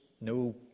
no